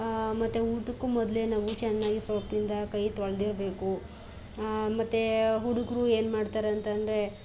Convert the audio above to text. ಮತ್ತು ಊಟಕ್ಕೂ ಮೊದಲೇ ನಾವು ಚೆನ್ನಾಗಿ ಸೋಪಿಂದ ಕೈ ತೊಳೆದಿರ್ಬೇಕು ಮತ್ತು ಹುಡುಗರು ಏನು ಮಾಡ್ತಾರೆ ಅಂತ ಅಂದ್ರೆ